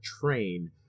train